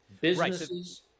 businesses